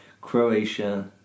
Croatia